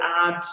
add